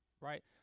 Right